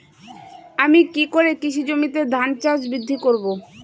আমি কী করে কৃষি জমিতে ধান গাছ বৃদ্ধি করব?